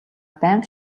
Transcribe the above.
байнга